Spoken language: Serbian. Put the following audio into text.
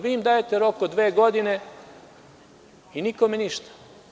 Vi im dajete rok od dve godine i nikome ništa.